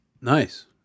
nice